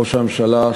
ראש הממשלה,